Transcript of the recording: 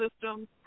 system